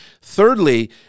thirdly